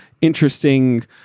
interesting